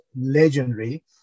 legendary